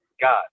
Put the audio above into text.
God